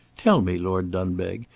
tell me, lord dunbeg,